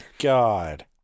God